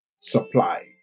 supply